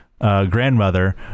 grandmother